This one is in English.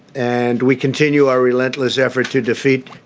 and we continue our relentless effort to defeat